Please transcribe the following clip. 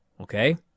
okay